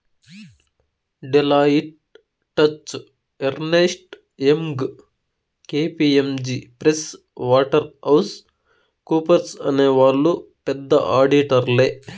Deloitte, Touche Ernst, Young KPMG Price Waterhouse హౌస్ కూపర్స్అనే వాళ్ళు పెద్ద ఆడిటర్లే